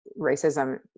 racism